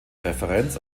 referenz